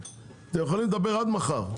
אתם יכולים לדבר עד מחר,